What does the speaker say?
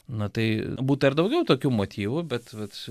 na tai būta ir daugiau tokių motyvų bet vat